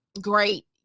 great